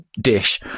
dish